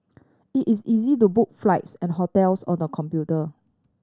it is easy to book flights and hotels on the computer